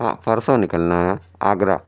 ہاں پرسوں نکلنا ہے آگرہ